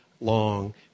long